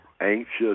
anxious